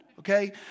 okay